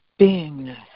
Beingness